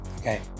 Okay